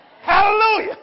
Hallelujah